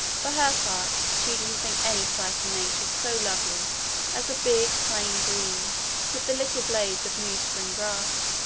for her part, she didn't think any sight in nature so lovely as a big plain, green with the little blades of new spring grass.